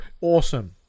awesome